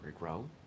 regrow